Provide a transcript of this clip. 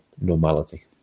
normality